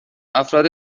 افراد